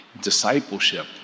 discipleship